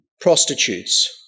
prostitutes